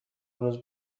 روز